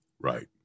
Right